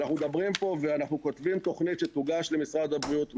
אנחנו מדברים כאן ואנחנו כותבים תוכנית שתוגש למשרד הבריאות מחר,